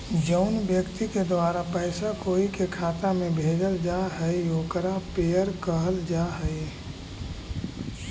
जउन व्यक्ति के द्वारा पैसा कोई के खाता में भेजल जा हइ ओकरा पेयर कहल जा हइ